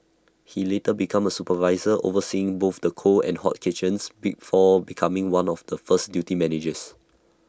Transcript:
he later became A supervisor overseeing both the cold and hot kitchens before becoming one of the first duty managers